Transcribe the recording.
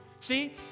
See